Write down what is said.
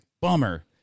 Bummer